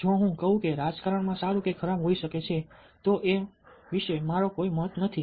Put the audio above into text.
જો હું કહું કે રાજકારણ સારું કે ખરાબ હોઈ શકે છે તો એ વિશે મારો કોઈ મત નથી